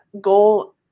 goal